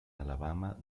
alabama